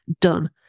done